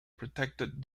protected